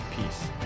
peace